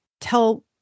tell